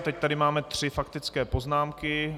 Teď tady máme tři faktické poznámky.